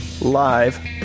Live